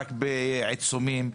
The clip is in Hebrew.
רק בעיצומים,